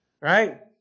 right